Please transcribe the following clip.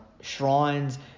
shrines